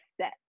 set